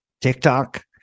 TikTok